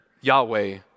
Yahweh